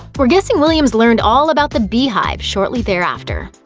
we're guessing williams learned all about the beyhive shortly thereafter.